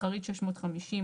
מסחרית 650,